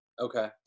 Okay